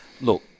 look